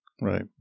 Right